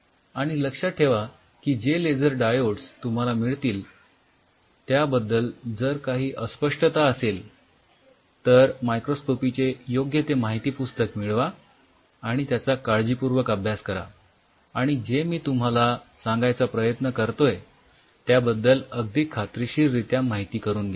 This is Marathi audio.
आणि लक्षात ठेवा की जे लेझर डायोड्स तुम्हाला मिळतील त्याबद्दल जर काही अस्पष्टता असेल तर मायक्रोस्कोपी चे योग्य ते माहितीपुस्तक मिळवा आणि त्याचा काळजीपूर्वक अभ्यास करा आणि जे मी तुम्हाला सांगायचा प्रयत्न करतोय त्याबद्दल अगदी खात्रीशीर रित्या माहिती करून घ्या